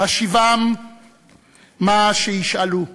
השיבם מה שישאלו.